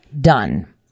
done